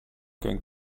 going